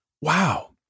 Wow